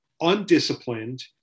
undisciplined